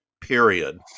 period